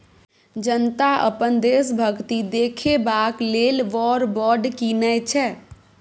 जनता अपन देशभक्ति देखेबाक लेल वॉर बॉड कीनय छै